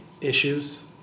issues